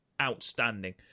outstanding